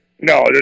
No